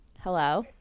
Hello